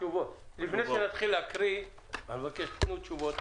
לפני ההקראה, אני מבקש לשמוע תשובות.